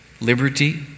Liberty